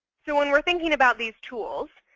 so when we're thinking about these tools,